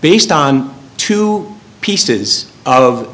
based on two pieces of the